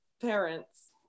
parents